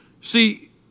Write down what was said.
See